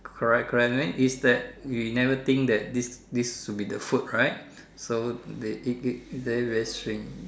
correct correct is that they never think that this this should the food right so they eat it very very strange